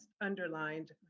underlined